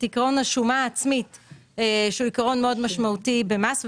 עקרון השומה העצמי שהוא עקרון מאוד משמעותי במס.